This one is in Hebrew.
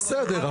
בסדר,